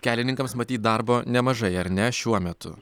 kelininkams matyt darbo nemažai ar ne šiuo metu